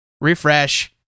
refresh